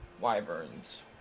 Wyverns